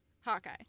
Hawkeye